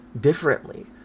differently